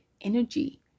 energy